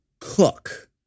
cook